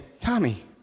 Tommy